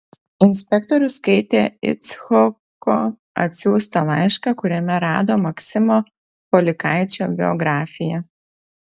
inspektorius skaitė icchoko atsiųstą laišką kuriame rado maksimo polikaičio biografiją